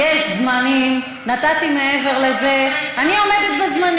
אצל הבדואים יש, תשאל את טלב.